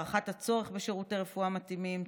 הערכת הצורך בשירותי רפואה מתאימים,